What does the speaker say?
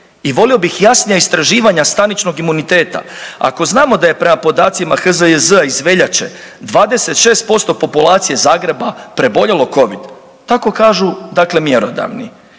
i volio bih jasnija istraživanja staničnog imuniteta ako znamo da je prema podacima HZJZ iz veljače 26% populacije Zagreba preboljelo covid tako kažu dakle mjerodavni.